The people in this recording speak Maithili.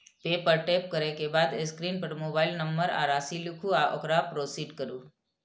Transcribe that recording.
पे पर टैप करै के बाद स्क्रीन पर मोबाइल नंबर आ राशि लिखू आ ओकरा प्रोसीड करू